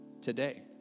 today